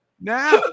Now